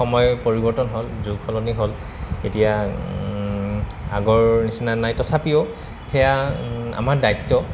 সময় পৰিৱৰ্তন হ'ল যুগ সলনি হ'ল এতিয়া আগৰ নিচিনা নাই তথাপিও সেয়া আমাৰ দায়িত্ব